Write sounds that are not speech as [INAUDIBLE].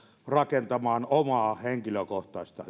rakentamaan omaa henkilökohtaista [UNINTELLIGIBLE]